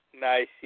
nice